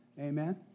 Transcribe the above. Amen